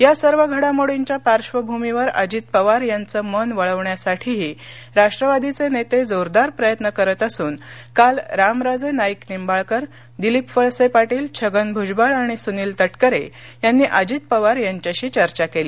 या सर्व घडामोडींच्या पार्श्वभूमीवर अजित पवार यांचं मन वळवण्यासाठीही राष्ट्रवादीचे नेते जोरदार प्रयत्न करत असून काल रामराजे नाईक निंबाळकर दिलीप वळसे पाटील छगन भुजबळ आणि सुनिल तटकरे यांनी अजित पवार यांच्याशी चर्चा केली